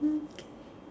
okay